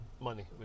money